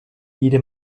jede